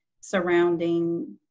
surrounding